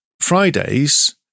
Fridays